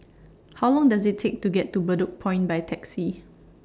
How Long Does IT Take to get to Bedok Point By Taxi